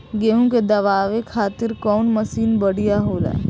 गेहूँ के दवावे खातिर कउन मशीन बढ़िया होला?